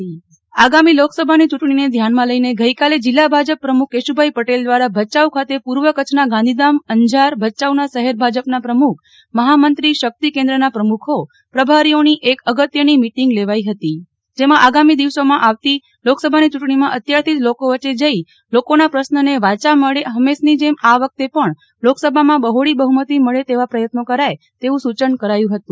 નેહ્લ ઠક્કર ભચાઉ જીલ્લા ભાજપ બેઠક આગામી લોકસભાની યુન્તાની ને ધ્યાનમાં લઈને ગઈકાલે જીલ્લા ભાજપ પ્રમુખ કેશુ ભાઈ પર્ટેલ દ્વારા ભચાઉ ખાતે પૂર્વ કચ્છના ગાંધીધામ અંજાર ભચાઉના શહેર ભાજપના પ્રમુખ મહામંત્રી શક્તિ કેન્દ્રના પ્રમુખો પ્રભારીઓની એક અગત્યની બેઠક લેવાઈ હતી જેમાં આગામી દિવસોમાં આવતી લોકસભાની ચુંટણીમાં અત્યારથી જ લોકો વચ્ચે જી લોકોના પ્રશ્નોને વાયા મળે અને ફમેશની જેમ આ વખતે પણ લોકસભામાં બહોળી બહ્મતી મળે તેવા પ્રયત્નો કરાય તેવું સુચન કર્યું હતું